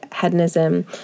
hedonism